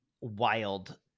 wild